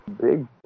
big